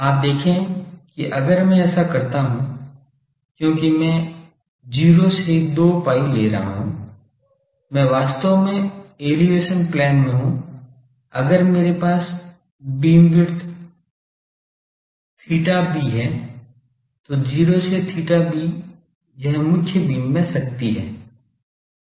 आप देखें कि अगर मैं ऐसा करता हूं क्योंकि मैं 0 से 2 pi ले रहा हूं मैं वास्तव में एलीवेशन प्लेन में हूं अगर मेरे पास बीमविड्थ theta b है तो 0 से theta b यह मुख्य बीम में शक्ति है